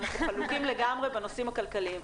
אנחנו חלוקים לגמרי בנושאים הכלכליים,